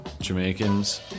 Jamaicans